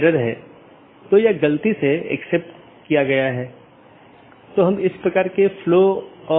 BGP version 4 में बड़ा सुधार है कि यह CIDR और मार्ग एकत्रीकरण को सपोर्ट करता है